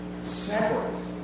separate